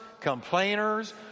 complainers